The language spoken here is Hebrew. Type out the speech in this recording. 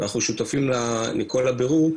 אנחנו שותפים לכל הבירור,